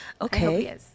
okay